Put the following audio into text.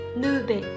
nube